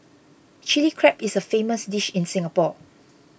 Chilli Crab is a famous dish in Singapore